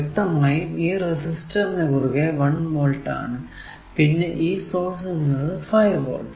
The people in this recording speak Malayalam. വ്യക്തമായും ഈ റെസിസ്റ്ററിനു കുറുകെ 1 വോൾട് ആണ് പിന്നെ ഈ സോഴ്സ് എന്നത് 5 വോൾട്